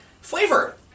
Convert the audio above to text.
Flavor